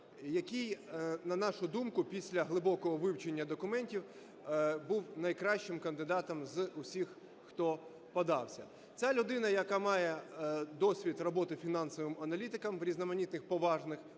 який, на нашу думку, після глибокого вивчення документів, був найкращим кандидатом з усіх, хто подався. Це людина, яка має досвід роботи фінансовим аналітиком в різноманітних поважних